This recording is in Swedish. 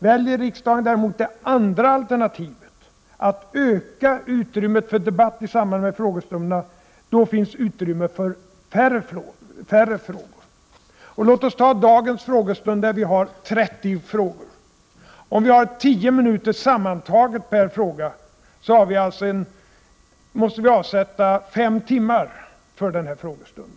Väljer riksdagen däremot det andra alternativet, att öka utrymmet för debatt i samband med frågestunderna, finns utrymme för färre frågor. Låt oss utgå från dagens frågestund där vi har 30 frågor. Om vi har tio minuter sammantaget per fråga, måste vi avsätta fem timmar för denna frågestund.